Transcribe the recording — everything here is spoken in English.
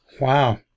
wow